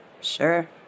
Sure